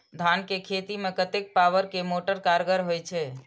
धान के खेती में कतेक पावर के मोटर कारगर होई छै?